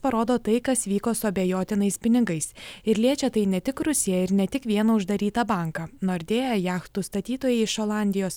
parodo tai kas vyko su abejotinais pinigais ir liečia tai ne tik rusiją ir ne tik vieną uždarytą banką nordėja jachtų statytojai iš olandijos